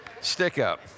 stick-up